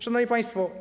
Szanowni Państwo!